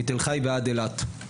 מתל חי ועד אילת.